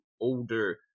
older